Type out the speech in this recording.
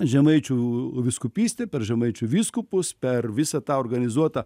žemaičių vyskupystę per žemaičių vyskupus per visą tą organizuotą